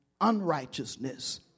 unrighteousness